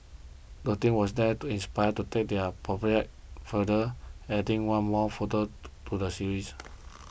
the team was then inspired to take their project further adding one more photo to the series